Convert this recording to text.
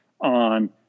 on